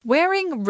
Wearing